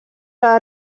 les